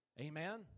Amen